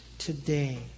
Today